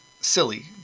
silly